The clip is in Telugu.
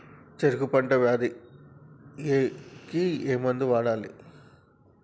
చెరుకు పంట వ్యాధి కి ఏ మందు వాడాలి?